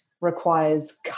requires